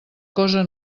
cosa